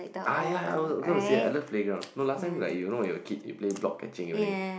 ai ya I was how come to said I love playground no last time like you know your kid they play block catching everything